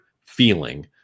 feeling